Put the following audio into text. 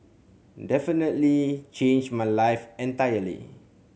definitely changed my life entirely